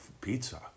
pizza